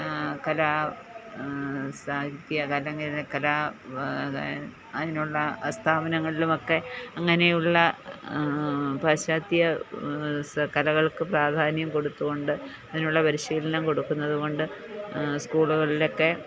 കല സാഹിത്യ അല്ലെങ്കിൽ കലാ അതിനുള്ള സ്ഥാപനങ്ങളിലും ഒക്കെ അങ്ങനെയുള്ള പാശ്ചാത്യ കലകൾക്ക് പ്രാധാന്യം കൊടുത്ത്കൊണ്ട് അതിനുള്ള പരിശീലനം കൊടുക്കുന്നത് കൊണ്ട് സ്കൂളുകളിൽ ഒക്കെ